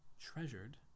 treasured